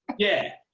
yeah.